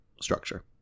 structure